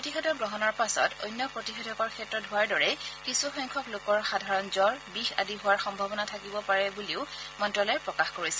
প্ৰতিষেধক গ্ৰহণৰ পাছত অন্য প্ৰতিষেধকৰ ক্ষেত্ৰত হোৱাৰ দৰেই কিছু সংখ্যক লোকৰ সাধাৰণ জবৰ বিষ আদি হোৱাৰ সম্ভাৱনা থাকিবও পাৰে বুলি মন্ত্যালয়ে প্ৰকাশ কৰিছে